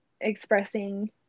expressing